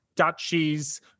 duchies